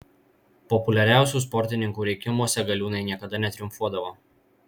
populiariausių sportininkų rinkimuose galiūnai niekada netriumfuodavo